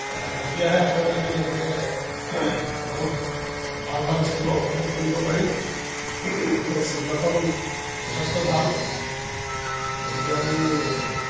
তেতিয়াহে আগলৈ আমি এনেকৈ বহুত ভাল ভাল চিনেমা উপভোগ কৰিব পাৰিম এই চিনেমাখন যথেষ্ট ভাল গতিকে আমি